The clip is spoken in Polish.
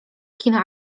kina